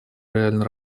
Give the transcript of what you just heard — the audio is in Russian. реально